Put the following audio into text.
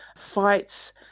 fights